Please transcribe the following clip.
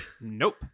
Nope